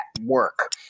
work